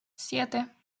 siete